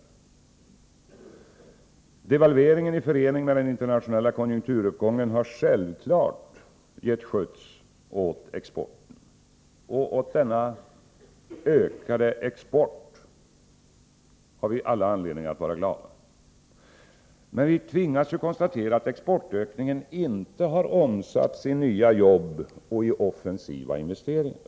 Oo Devalveringen i förening med den internationella konjunkturuppgången har självfallet gett skjuts åt exporten, och åt denna ökade export har vi alla anledning att vara glada. Men vi tvingas ju konstatera att exportökningen inte har omsatts i nya jobb och offensiva investeringar.